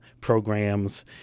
programs